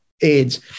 aids